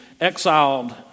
exiled